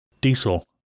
diesel